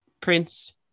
Prince